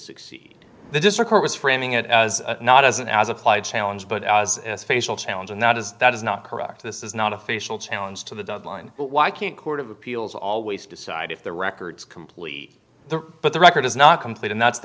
succeed the district court was framing it as not as an as applied challenge but as a facial challenge and that is that is not correct this is not a facial challenge to the deadline why can't court of appeals always decide if the records complete the but the record is not complete and that's the